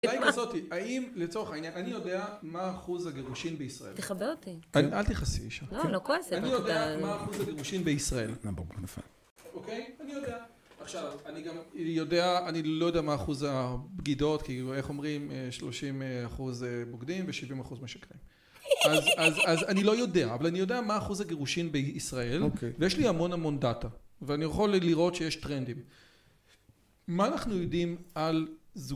השאלה היא כזאתי, האם לצורך העניין אני יודע מה אחוז הגירושין בישראל. תכבה אותי, אל תכעסי אישה, לא לא כועסת. אני יודע מה אחוז הגירושין בישראל אוקיי, אני יודע עכשיו אני גם יודע אני לא יודע מה אחוז הבגידות, כי איך אומרים שלושים אחוז בוגדים ושבעים אחוז משקרים אז אני לא יודע אבל אני יודע מה אחוז הגירושין בישראל ויש לי המון המון דאטה ואני יכול לראות שיש טרנדים מה אנחנו יודעים על